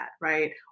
right